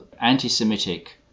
anti-Semitic